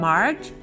March